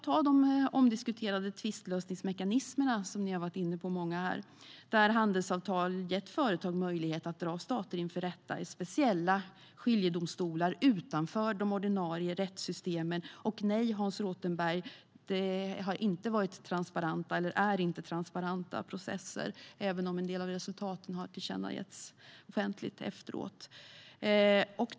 Ta de omdiskuterade tvistlösningsmekanismer många av er har varit inne på, där handelsavtal har gett företag möjlighet att dra stater inför rätta i speciella skiljedomstolar utanför de ordinarie rättssystemen - och nej, Hans Rothenberg, det har inte varit och är inte transparenta processer även om en del av resultaten har tillkännagetts offentligt efteråt.